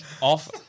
off